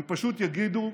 הם פשוט יגידו: